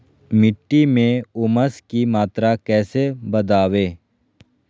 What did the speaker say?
मिट्टी में ऊमस की मात्रा कैसे बदाबे?